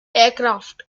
aircraft